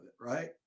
right